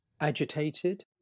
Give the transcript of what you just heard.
agitated